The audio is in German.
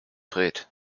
fred